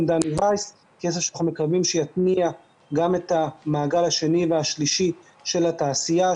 דני וייס שיתניע גם את המעגל השני והשלישי של התעשייה,